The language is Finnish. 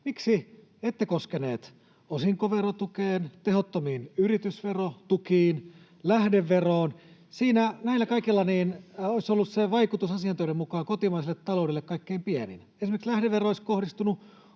miksi ette koskeneet osinkoverotukeen, tehottomiin yritysverotukiin, lähdeveroon, sillä näillä kaikilla se vaikutus kotimaiselle taloudelle olisi ollut asiantuntijoiden mukaan kaikkein pienin. Esimerkiksi lähdevero olisi kohdistunut